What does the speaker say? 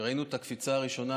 כשראינו את הקפיצה הראשונה,